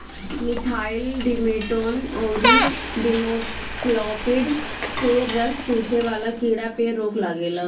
methyl demeton अउरी imidacloprid से रस चुसे वाला कीड़ा पे रोक लागेला